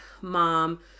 mom